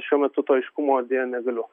šiuo metu to aiškumo deja negaliu